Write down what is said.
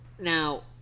now